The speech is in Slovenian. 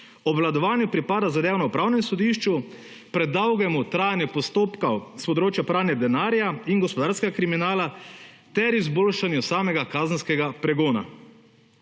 obvladovanju pripada z / nerazumljivo/ pravnem sodišču, predolgemu trajanju postopkov s področja pranja denarja in gospodarskega kriminala ter izboljšanje samega kazenskega pregona.